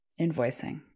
Invoicing